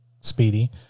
speedy